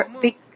big